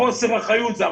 לא